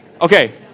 Okay